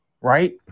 right